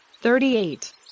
thirty-eight